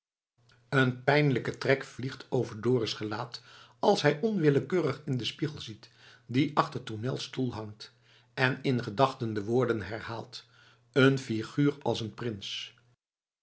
een pijnlijke trek vliegt over dorus gelaat als hij onwillekeurig in den spiegel ziet die achter tournels stoel hangt en in gedachten de woorden herhaalt een figuur als een prins